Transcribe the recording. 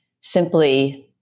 simply